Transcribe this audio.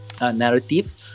narrative